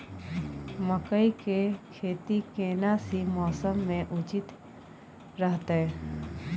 मकई के खेती केना सी मौसम मे उचित रहतय?